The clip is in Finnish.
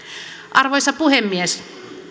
arvoisa puhemies